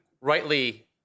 rightly